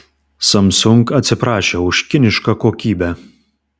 samsung atsiprašė už kinišką kokybę